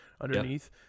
underneath